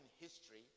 history